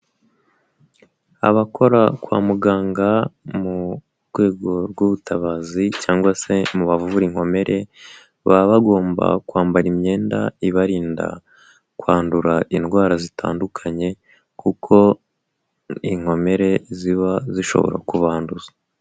Abakora kwa muganga mu rwego rw'ubutabazi cyangwa se mubavura inkomere, baba bagomba kwambara imyenda ibarinda kwandura indwara zitandukanye kuko inkomere ziba zishobora kubanduza.